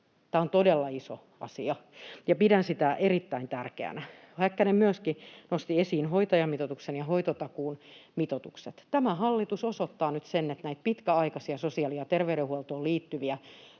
Tämä on todella iso asia, ja pidän sitä erittäin tärkeänä. Häkkänen nosti esiin myöskin hoitajamitoituksen ja hoitotakuun mitoitukset. Tämä hallitus osoittaa nyt sen, että näitä pitkäaikaisia sosiaali- ja terveydenhuoltoon liittyviä